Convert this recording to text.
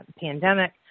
pandemic